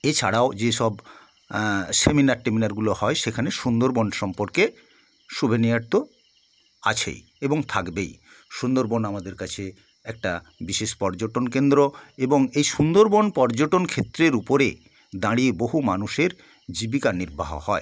এছাড়াও যে সব সেমিনার টেমিনারগুলো হয় সেখানে সুন্দরবন সম্পর্কে শুভেনির তো আছেই এবং থাকবেই সুন্দরবন আমাদের কাছে একটা বিশেষ পর্যটন কেন্দ্র এবং এই সুন্দরবন পর্যটন ক্ষেত্রের উপরে দাঁড়িয়ে বহু মানুষের জীবিকা নির্বাহ হয়